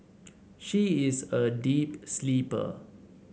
she is a deep sleeper